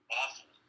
awful